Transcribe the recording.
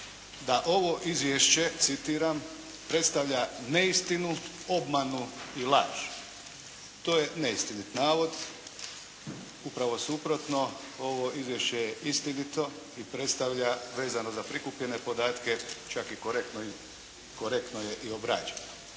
da ovo izvješće citiram predstavlja neistinu, obmanu i laž. To je neistinit navod. Upravo suprotno. Ovo izvješće je istinito i predstavlja vezano za prikupljene podatke čak i korektno je i obrađeno.